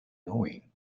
knowing